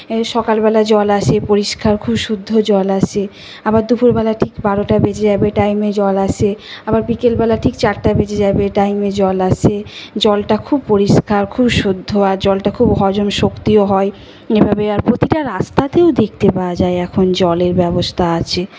এ সকালবেলা জল আসে পরিষ্কার খুব শুদ্ধ জল আসে আবার দুপুরবেলা ঠিক বারোটা বেজে যাবে টাইমে জল আসে আবার বিকেল বেলা ঠিক চারটা বেজে যাবে টাইমে জল আসে জলটা খুব পরিষ্কার খুব শুদ্ধ আর জলটা খুব হজম শক্তিও হয় যেভাবে আর প্রতিটা রাস্তাতেই দেখতে পাওয়া যায় এখন জলের ব্যবস্থা আছে